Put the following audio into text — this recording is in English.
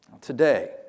Today